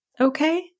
Okay